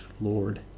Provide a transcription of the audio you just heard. Lord